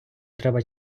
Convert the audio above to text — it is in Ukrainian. треба